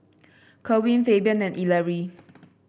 Kerwin Fabian and Ellery